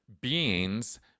beings